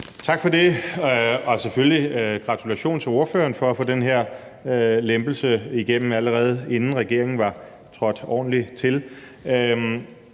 Tak for det. Og selvfølgelig gratulerer jeg ordføreren for at få den her lempelse igennem, allerede inden regeringen var trådt ordentlig til.